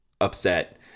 upset